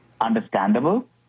understandable